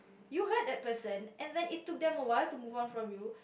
you hurt that person and then it took them a while to move on from you